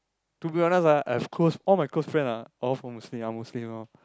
to be honest ah I've close all my close friend ah all from Muslim are Muslim lor